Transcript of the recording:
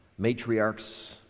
matriarchs